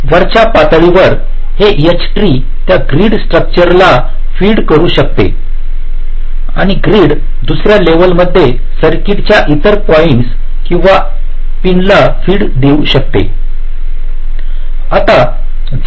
वरच्या पातळीवर हे H ट्री त्या ग्रीड स्ट्रक्चरला फीड करू शकते आणि ग्रिड दुसर्या लेव्हलमध्ये सर्किटच्या इतर पॉईंट् किंवा इतर पिनला फीड देऊ शकतो